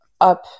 up